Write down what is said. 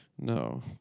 No